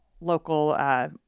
local